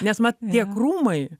nes mat tie krūmai